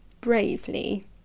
bravely